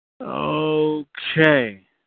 Okay